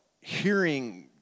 hearing